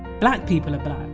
black people